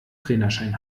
trainerschein